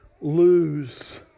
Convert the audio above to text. lose